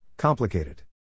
Complicated